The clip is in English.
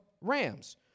rams